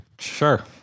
Sure